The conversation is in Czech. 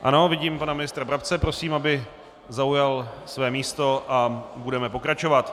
Ano, vidím pana ministra Brabce, prosím, aby zaujal své místo, a budeme pokračovat.